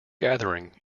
gathering